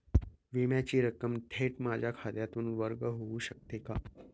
विम्याची रक्कम थेट माझ्या खात्यातून वर्ग होऊ शकते का?